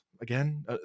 again